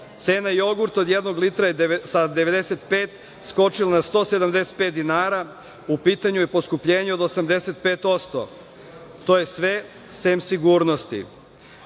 Cena jogurta od jednog litra je sa 95 skočila na 175 dinara. U pitanju je poskupljenje od 85%. To je sve sem sigurnosti. Da